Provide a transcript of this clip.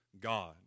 God